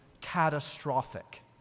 catastrophic